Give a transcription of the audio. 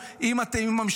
אם אנחנו